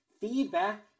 feedback